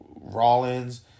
Rollins